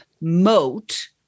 moat